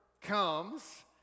comes